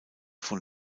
von